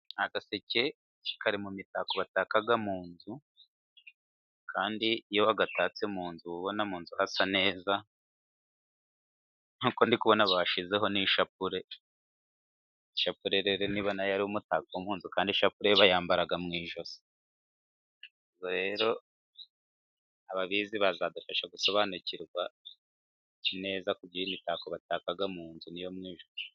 Agaseke kari mu mitako bataka mu nzu, kandi iyo wagatatse mu nzu, uba ubona mu nzu hasa neza, nk'uko ndikubona bashyizeho n'ishapure. Ishapure rero niba na yo ari umutako wo mu nzu, kandi ishapure yo bayambara mu josi. Ubwo rero ababizi bazadufasha gusobanukirwa neza ku by'iyi mitako bataka mu nzu niyo mu ijuru.